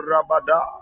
Rabada